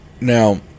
Now